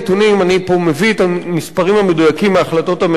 אני מביא פה את המספרים המדויקים מהחלטות הממשלה